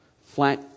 flat